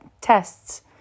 tests